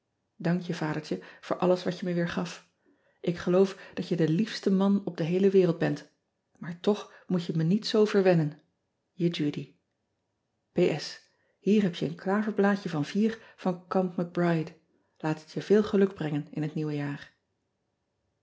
ank je adertje voor alles wat je me weer gaf k geloof dat je de liefste man op de heele wereld bent maar toch moet je me niet zoo verwennen e udy ier heb je een klaverblaadje van vier van amp c ride aat het je veel geluk brengen in het nieuwe jaar